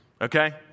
Okay